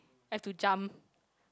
have to jump